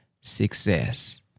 success